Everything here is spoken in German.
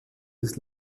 des